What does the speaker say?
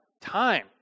time